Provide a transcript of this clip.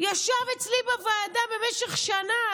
ישב אצלי בוועדה במשך שנה,